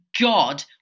God